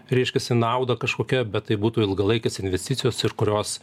reiškiasi nauda kažkokia bet tai būtų ilgalaikės investicijos ir kurios